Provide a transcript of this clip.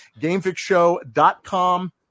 Gamefixshow.com